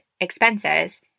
expenses